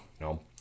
no